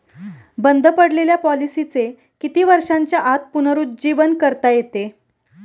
बंद पडलेल्या पॉलिसीचे किती वर्षांच्या आत पुनरुज्जीवन करता येते?